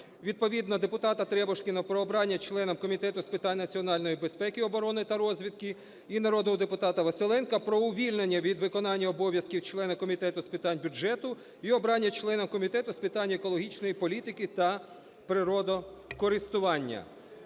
Відповідно депутата Требушкіна - про обрання членом Комітету з питань національної безпеки, оборони та розвідки. І народного депутата Василенка - про увільнення від виконання обов'язків члена Комітету з питань бюджету і обрання членом Комітету з питань екологічної політики та природокористування.